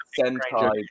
Sentai